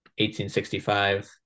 1865